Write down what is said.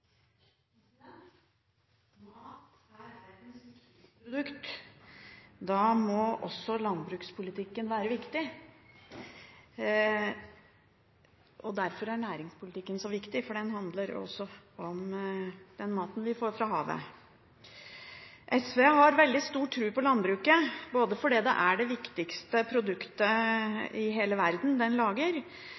viktigste produkt. Da må også landbrukspolitikken være viktig. Derfor er næringspolitikken så viktig, fordi den handler også om den maten vi får fra havet. SV har veldig stor tro på landbruket, både fordi det lager det viktigste produktet i hele verden,